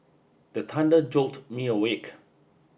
the thunder jolt me awake